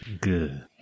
Good